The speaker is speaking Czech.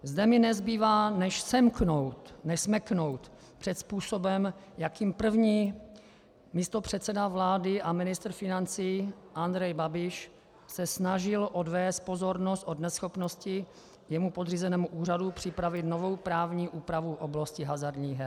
Zde mi nezbývá než smeknout před způsobem, jakým se první místopředseda vlády a ministr financí Andrej Babiš snažil odvést pozornost od neschopnosti jemu podřízeného úřadu připravit novou právní úpravu v oblasti hazardních her.